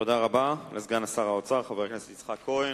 תודה רבה לסגן שר האוצר, חבר הכנסת יצחק כהן.